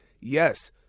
Yes